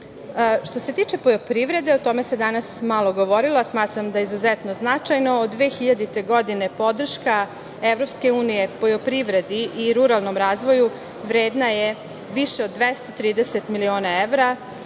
itd. Što se tiče poljoprivrede, o tome se malo govorilo, a smatram da je izuzetno značajno. Od 2000. godine podrška EU poljoprivredi i ruralnom razvoju vredna je više od 230 miliona evra,